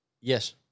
Yes